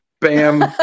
Bam